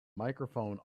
microphone